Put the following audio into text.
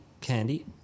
Candy